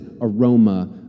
aroma